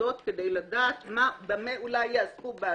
ועדות כדי לדעת במה אולי יעסקו בעתיד.